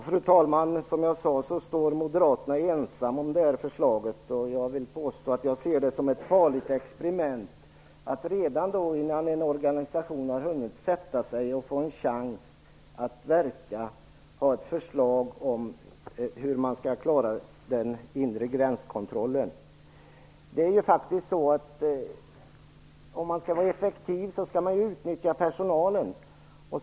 Fru talman! Som jag sade står moderaterna ensamma om detta förslag. Jag ser det som ett farligt experiment att redan innan en organisation har hunnit sätta sig och fått en chans att verka lägga fram ett förslag om hur den inre gränskontrollen skall klaras av. Om man skall vara effektiv skall man utnyttja personalen.